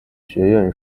学院